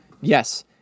Yes